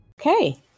Okay